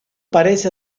parece